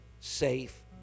safe